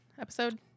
episode